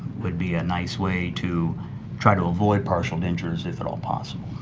would be a nice way to try to avoid partial dentures if at all possible.